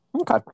Okay